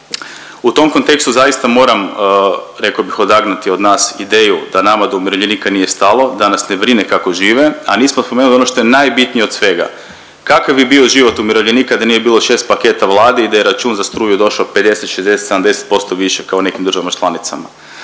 U tom kontekstu zaista moram, rekao bih, odagnati od nas ideju da nama do umirovljenika nije stalo, da nas ne brine kako žive, a nismo spomenuli ono što je najbitnije od svega, kakav je bio život umirovljenika da nije bilo 6 paketa Vladi i da je račun za struju došao 50, 60, 70% više kao u nekim državama članicama.